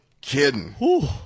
kidding